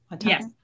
yes